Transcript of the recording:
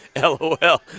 LOL